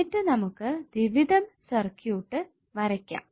എന്നിട്ട് നമുക്ക് ദ്വിവിധ സർക്യൂട്ട് വരയ്ക്കാം